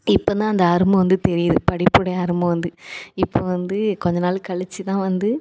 இப்போ தான் அந்த அருமை வந்து தெரியுது படிப்புடைய அருமை வந்து இப்போ வந்து கொஞ்ச நாள் கழித்து தான் வந்து